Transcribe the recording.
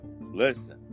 listen